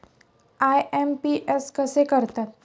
IMPS कसे करतात?